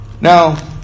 Now